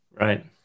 right